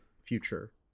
future